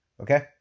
Okay